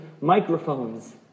microphones